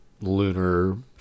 lunar